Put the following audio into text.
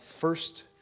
first